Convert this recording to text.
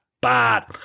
bad